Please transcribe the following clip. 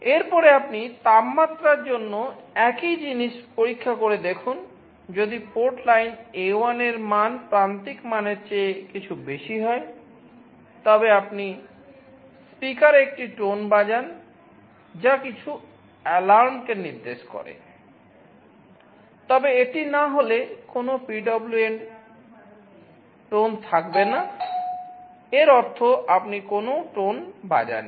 এর পরে আপনি তাপমাত্রার জন্য একই জিনিস পরীক্ষা করে দেখুন যদি পোর্ট লাইন A1 এর মান প্রান্তিক মানের চেয়ে কিছু বেশি হয় তবে আপনি স্পিকারে একটি টোন বাজান নি